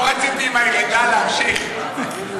אדוני היושב-ראש, לא רציתי להמשיך עם הירידה.